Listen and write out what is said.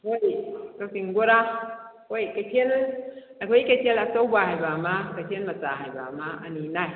ꯍꯣꯏ ꯀꯛꯆꯤꯡ ꯕꯣꯔꯥ ꯍꯣꯏ ꯀꯩꯊꯦꯜ ꯑꯩꯈꯣꯏ ꯀꯩꯊꯦꯜ ꯑꯆꯧꯕ ꯍꯥꯏꯕ ꯑꯃ ꯀꯩꯊꯦꯜ ꯃꯆꯥ ꯍꯥꯏꯕ ꯑꯃ ꯑꯅꯤ ꯅꯥꯏ